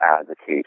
advocate